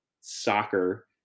soccer